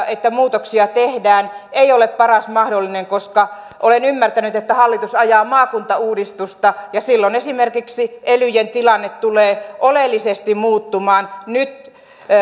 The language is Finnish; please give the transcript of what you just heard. että muutoksia tehdään ei ole paras mahdollinen koska olen ymmärtänyt että hallitus ajaa maakuntauudistusta ja silloin esimerkiksi elyjen tilanne tulee oleellisesti muuttumaan